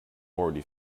already